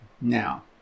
Now